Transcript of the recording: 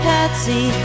Patsy